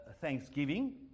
thanksgiving